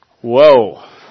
Whoa